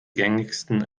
gängigsten